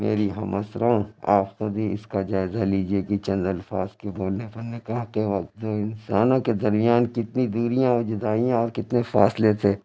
میری ہم عصرو آپ خود ہی اس کا جائزہ لیجیے کہ چند الفاظ کے بولنے پر نکاح کے وقت دو انسانوں کے درمیان کتنی دوریاں اور جدائیاں اور کتنے فاصلے تھے